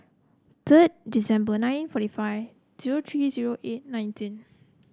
third December nine forty five zero three zero eight nineteen